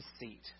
deceit